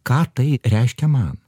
ką tai reiškia man